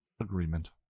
agreement